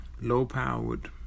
low-powered